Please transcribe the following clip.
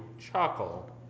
chuckle